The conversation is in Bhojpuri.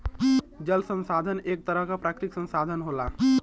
जल संसाधन एक तरह क प्राकृतिक संसाधन होला